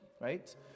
Right